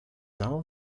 know